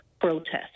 protest